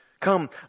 Come